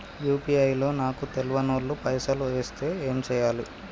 UPI లో నాకు తెల్వనోళ్లు పైసల్ ఎస్తే ఏం చేయాలి?